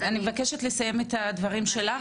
אני מבקשת לסיים את הדברים שלך,